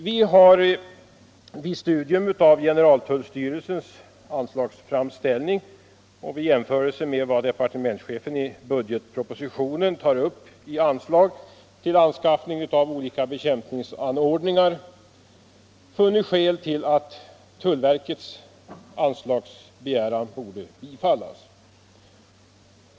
Vi har vid studium av generaltullstyrelsens anslagsframställning och vid jämförelse med vad departementschefen i budgetpropositionen vill anslå till anskaffning av olika bekämpningsanordningar funnit skäl till att tullverkets begäran borde bifallas.